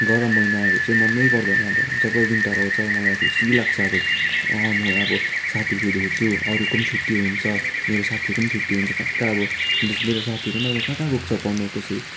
गरम महिनाहरू चाहिँ मनैपर्दैन अब जब विन्टर आउँछ मलाई खुसी लाग्छ अब अँ म अब साथीहरू भेट्छु अरूको पनि छुट्टी हुन्छ मेरो साथीहरको पनि छुट्टी हुन्छ कहाँ कहाँ अब जस मेरो साथीहरू पनि अब कहाँ कहाँ गएको छ पढ्न कसै